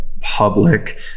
public